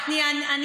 תתנצלי, בבקשה.